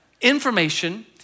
information